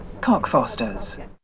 cockfosters